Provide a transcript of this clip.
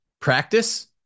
practice